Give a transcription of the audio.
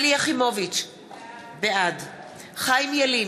בעד חיים ילין,